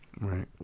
Right